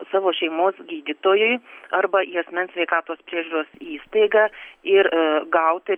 savo šeimos gydytojui arba į asmens sveikatos priežiūros įstaigą ir gauti